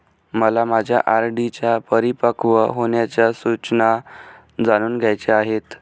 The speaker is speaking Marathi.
मला माझ्या आर.डी च्या परिपक्व होण्याच्या सूचना जाणून घ्यायच्या आहेत